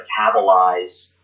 metabolize